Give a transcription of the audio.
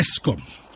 ESCOM